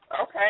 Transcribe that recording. okay